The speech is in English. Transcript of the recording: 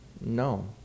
No